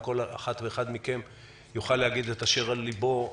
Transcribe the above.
אחד מחברי הוועדה יוכל להגיד את אשר על ליבו.